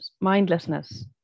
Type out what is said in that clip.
mindlessness